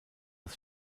das